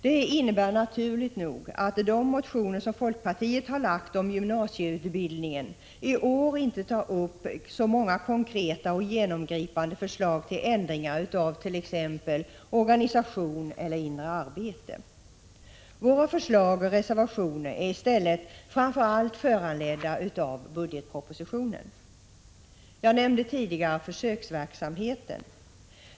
Det innebär naturligt nog att de motioner som folkpartiet väckt om gymnasieutbildningen i år inte tar upp så många konkreta och genomgripande förslag till ändringar av t.ex. organisation eller inre arbete. Våra förslag och reservationer är i stället framför allt föranledda av budgetpropositionen. Jag nämnde tidigare försöksverksamheten.